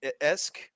esque